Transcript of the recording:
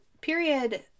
period